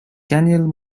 danielle